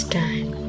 time